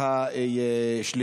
אבו